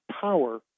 power